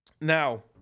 Now